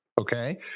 okay